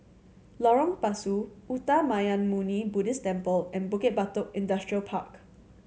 Lorong Pasu Uttamayanmuni Buddhist Temple and Bukit Batok Industrial Park